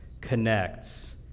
connects